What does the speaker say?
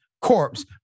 corpse